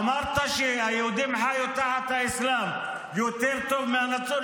אמרת שהיהודים חיו תחת האסלאם יותר טוב מהנצרות,